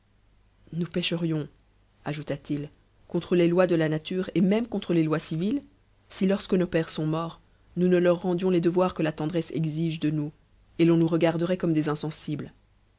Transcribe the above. nous pécherions ajouta-t-il contre les lois de la nature et même contre les lois civiles si lorsque nos pèressont morts nous ne leur rendions les devoirs que la tendresse exige de nous et l'on nous regarderait comme des insensibles